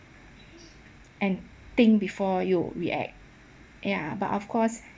and think before you react ya but of course